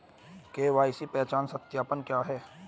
KYC पहचान सत्यापन क्या है?